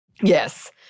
Yes